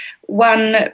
one